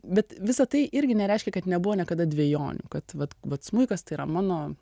bet visa tai irgi nereiškia kad nebuvo niekada dvejonių kad vat vat smuikas tai yra mano